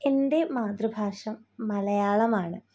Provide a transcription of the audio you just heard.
എൻ്റെ മാതൃഭാഷ മലയാളമാണ്